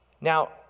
Now